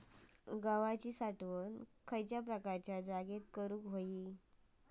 गव्हाची साठवण खयल्या प्रकारच्या जागेत करू होई?